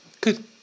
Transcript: Good